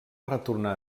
retornar